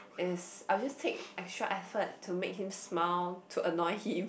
is I'll just take extra effort to make him smile to annoy him